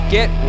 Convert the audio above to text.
Get